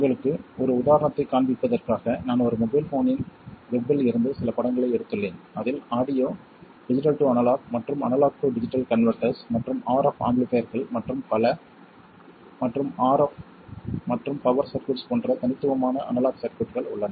உங்களுக்கு ஒரு உதாரணத்தைக் காண்பிப்பதற்காக நான் ஒரு மொபைல் ஃபோனின் வெப்பில் இருந்து சில படங்களை எடுத்துள்ளேன் அதில் ஆடியோ டிஜிட்டல் டு அனலாக் மற்றும் அனலாக் டு டிஜிட்டல் கன்வெர்ட்டர்ஸ் மற்றும் RF ஆம்பிளிஃபைர்கள் மற்றும் பல மற்றும் RF மற்றும் பவர் சர்க்யூட்ஸ் போன்ற தனித்துவமான அனலாக் சர்க்யூட்கள் உள்ளன